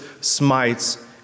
smites